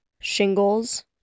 shingles